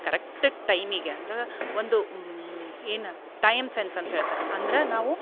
correct ಟೈಮಿಗೆ ಅಂದ್ರೆ ಒಂದು ಏನು ಟೈಮ್ ಸೆನ್ಸ್ ಅಂತ ಹೇಳ್ತಾರೆ ಅಂದ್ರೆ ನಾವು